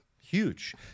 huge